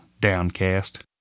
downcast